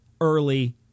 early